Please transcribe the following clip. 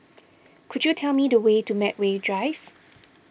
could you tell me the way to Medway Drive